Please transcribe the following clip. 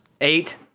Eight